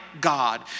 God